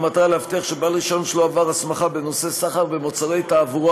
ובמטרה להבטיח שבעל רישיון שלא עבר הסמכה בנושא סחר במוצרי תעבורה